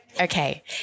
okay